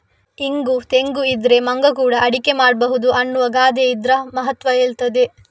ಇಂಗು ತೆಂಗು ಇದ್ರೆ ಮಂಗ ಕೂಡಾ ಅಡಿಗೆ ಮಾಡ್ಬಹುದು ಅನ್ನುವ ಗಾದೆ ಇದ್ರ ಮಹತ್ವ ಹೇಳ್ತದೆ